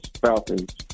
Falcons